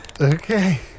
Okay